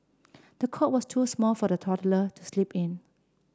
the cot was too small for the toddler to sleep in